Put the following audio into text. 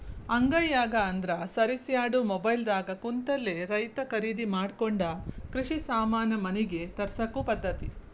ಅಂಗೈಯಾಗ ಅಂದ್ರ ಸರಿಸ್ಯಾಡು ಮೊಬೈಲ್ ದಾಗ ಕುಂತಲೆ ರೈತಾ ಕರಿದಿ ಮಾಡಕೊಂಡ ಕೃಷಿ ಸಾಮಾನ ಮನಿಗೆ ತರ್ಸಕೊ ಪದ್ದತಿ